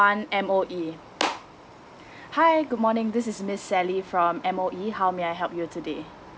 one M_O_E hi good morning this is miss sally from M_O_E how may I help you today